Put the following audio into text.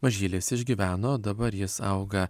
mažylis išgyveno dabar jis auga